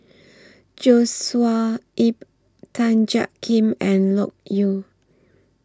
Joshua Ip Tan Jiak Kim and Loke Yew